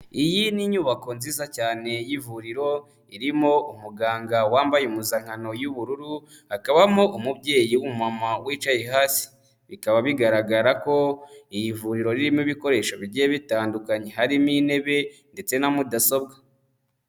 Iyi ni inyubako nziza cyane y'ivuriro, irimo umuganga wambaye impuzankano y'ubururu, hakabamo umubyeyi w'umumama wicaye hasi, bikaba bigaragara ko iri vuriro ririmo ibikoresho bigiye bitandukanye, harimo intebe ndetse na Mudasobwa.